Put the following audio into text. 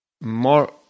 more